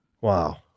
Wow